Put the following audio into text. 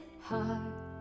heart